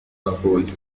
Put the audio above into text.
أقول